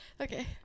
okay